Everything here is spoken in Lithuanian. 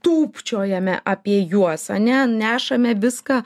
tūpčiojame apie juos ane nešame viską